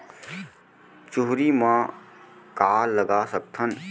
चुहरी म का लगा सकथन?